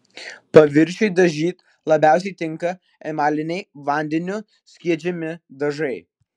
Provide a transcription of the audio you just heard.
paviršiui dažyti labiausiai tinka emaliniai vandeniu skiedžiami dažai